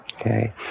Okay